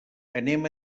anem